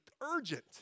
urgent